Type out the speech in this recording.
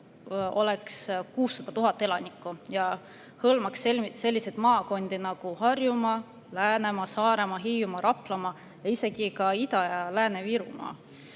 600 000 elanikku ja see hõlmaks selliseid maakondi nagu Harjumaa, Läänemaa, Saaremaa, Hiiumaa, Raplamaa ja isegi ka Ida- ja Lääne-Virumaa.